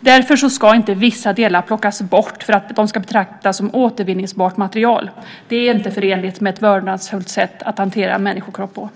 Därför ska inte vissa delar plockas bort för att de ska betraktas som återvinningsbart material. Det är inte förenligt med ett vördnadsfullt sätt att hantera människor.